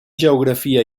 geografia